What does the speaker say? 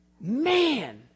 Man